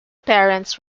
parents